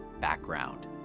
background